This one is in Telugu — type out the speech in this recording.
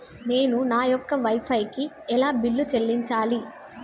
నేను నా యొక్క వై ఫై కి ఎలా బిల్లు చెల్లించాలి?